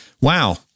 Wow